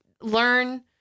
learn